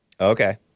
Okay